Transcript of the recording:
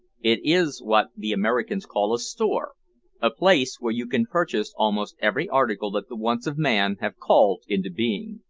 it is what the americans call a store a place where you can purchase almost every article that the wants of man have called into being.